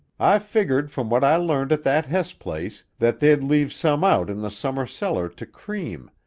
i figgered from what i learned at that hess place that they'd leave some out in the summer cellar to cream,